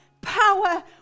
power